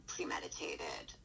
Premeditated